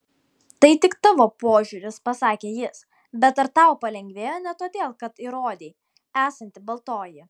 tai tik tavo požiūris pasakė jis bet ar tau palengvėjo ne todėl kad įrodei esanti baltoji